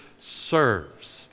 serves